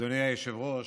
אדוני היושב-ראש,